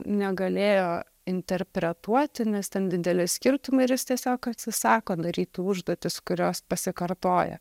negalėjo interpretuoti nes ten dideli skirtumai ir jis tiesiog atsisako daryt užduotis kurios pasikartoja